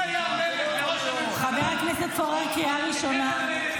היה המלך וראש הממשלה בחבל הארץ הזה?